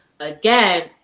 Again